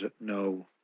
no